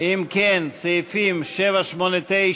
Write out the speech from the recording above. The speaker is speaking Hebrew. כן לא הוגשו הסתייגויות לסעיפים 8 ו-9,